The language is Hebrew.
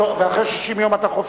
בתוך 60 יום.